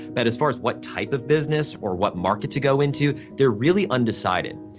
but as far as what type of business or what market to go into, they're really undecided.